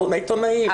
תאמיני לי,